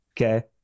okay